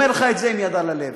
אני אומר לך את זה עם יד על הלב,